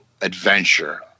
adventure